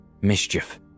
Mischief